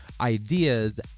ideas